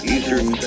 Eastern